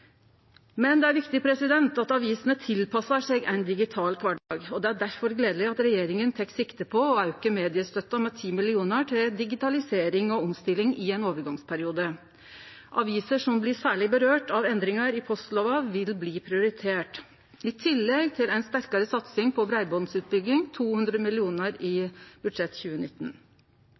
Men det er viktig at avisene tilpassar seg ein digital kvardag. Det er difor gledeleg at regjeringa tek sikte på å auke mediestøtta med 10 mill. kr til digitalisering og omstilling i ein overgangsperiode. Aviser som særleg blir råka av endringar i postlova, vil bli prioriterte. Det kjem i tillegg til ei sterkare satsing på breibandsutbygging – 200 mill. kr i budsjettet for 2019.